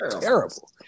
terrible